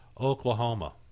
Oklahoma